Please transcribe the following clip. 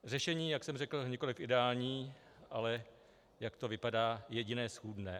Řešení, jak jsem řekl, nikoli ideální, ale jak to vypadá, jediné schůdné.